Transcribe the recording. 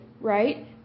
right